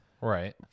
Right